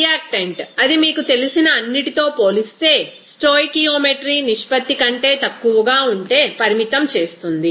reactant అది మీకు తెలిసిన అన్నిటితో పోలిస్తే స్టోయికియోమెట్రీ నిష్పత్తి కంటే తక్కువగా ఉంటే పరిమితం చేస్తుంది